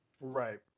Right